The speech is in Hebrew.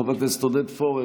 חבר הכנסת עודד פורר,